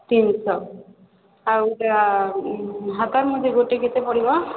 ତିନି ଶହ ଆଉ ହାତ ମୁଦି ଗୋଟେ କେତେ ପଡ଼ିବ